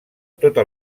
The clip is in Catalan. tota